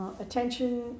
Attention